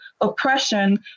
oppression